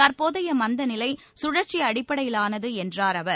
தற்போதைய மந்தநிலை சுழற்சி அடிப்படையிலானது என்றார் அவர்